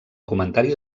comentaris